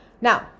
Now